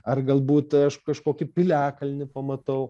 ar galbūt aš kažkokį piliakalnį pamatau